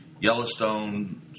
Yellowstone